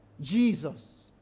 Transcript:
jesus